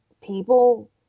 people